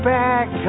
back